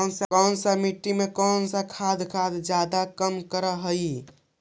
कौन सा मिट्टी मे कौन सा खाद खाद जादे काम कर हाइय?